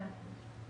בסדר.